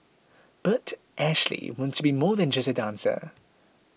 but Ashley wants to be more than just a dancer